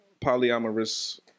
polyamorous